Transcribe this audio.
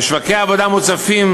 ושוקי העבודה מוצפים,